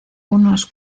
unos